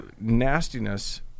nastiness